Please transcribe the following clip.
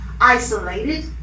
isolated